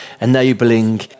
enabling